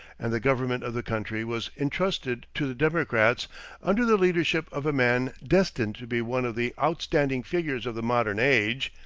and the government of the country was intrusted to the democrats under the leadership of a man destined to be one of the outstanding figures of the modern age,